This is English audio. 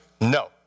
no